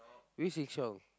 which Sheng-Siong